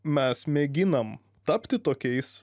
mes mėginam tapti tokiais